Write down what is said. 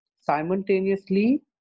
simultaneously